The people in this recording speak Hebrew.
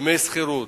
דמי שכירות.